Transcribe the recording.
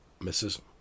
Misses